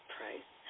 Price